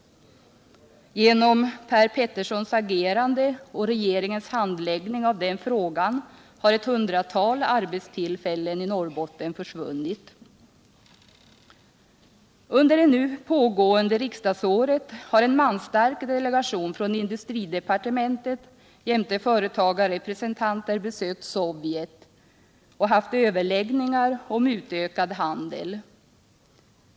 Genom Per Peterssons agerande och regeringens handläggning av den frågan har ett hundratal arbetstillfällen i Norrbotten försvunnit. Under det nu pågående riksdagsåret har en manstark delegation från industridepartementet jämte företagarrepresentanter besökt Sovjet och haft överläggningar om utökad handel.